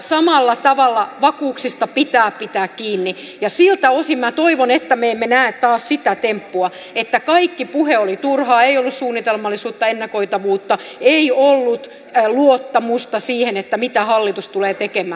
samalla tavalla vakuuksista pitää pitää kiinni ja siltä osin minä toivon että me emme näe taas sitä temppua että kaikki puhe oli turhaa ei ollut suunnitelmallisuutta ennakoitavuutta ei ollut luottamusta siihen mitä hallitus tulee tekemään